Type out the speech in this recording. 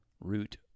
root